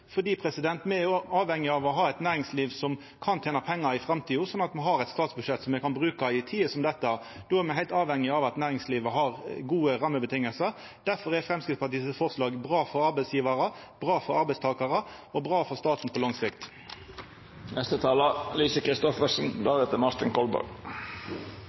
Me er avhengige av å ha eit næringsliv som kan tena pengar i framtida, slik at me har eit statsbudsjett me kan bruka i tider som dette. Då er me heilt avhengige av at næringslivet har gode rammevilkår. Difor er forslaget frå Framstegspartiet bra for arbeidsgjevarar, bra for arbeidstakarar og bra for staten på lang